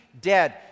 dead